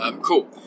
Cool